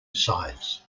sides